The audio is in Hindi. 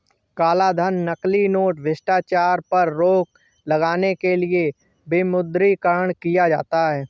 कालाधन, नकली नोट, भ्रष्टाचार पर रोक लगाने के लिए विमुद्रीकरण किया जाता है